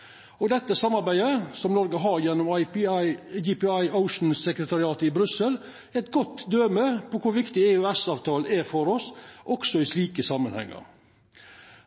Noreg. Dette samarbeidet som Noreg har gjennom JPI Oceans-sekretariatet i Brussel, er eit godt døme på kor viktig EØS-avtalen er for oss, også i slike samanhengar.